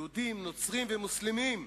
יהודים, נוצרים ומוסלמים,